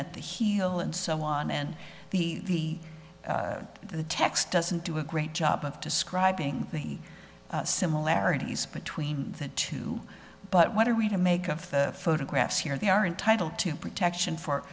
at the heel and so on and the the text doesn't do a great job of describing the similarities between the two but what are we to make of the photographs here they are entitled to protection for